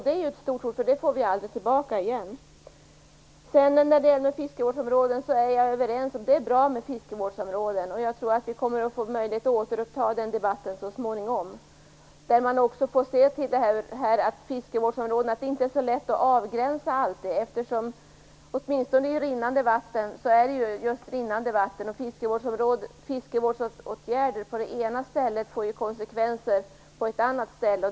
Det är ett stort hot, för den mångfalden får vi ju aldrig tillbaka igen. Jag är överens med Carl G Nilsson om att det är bra med fiskevårdsområden. Jag tror att vi kommer att få möjlighet att återkomma till den debatten så småningom. Man måste där också ta hänsyn till att det inte alltid är så lätt att avgränsa fiskevårdsområdena. Det gäller inte minst i rinnande vatten, där fiskevårdsåtgärder på det ena stället får konsekvenser också på ett annat ställe.